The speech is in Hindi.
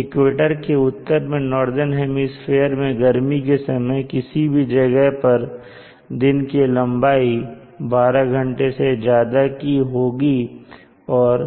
इक्वेटर के उत्तर में नॉर्दन हेमिस्फीयर में गर्मी के समय किसी भी जगह पर दिन की लंबाई 12 घंटे से ज्यादा की होगी और